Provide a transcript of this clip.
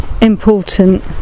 important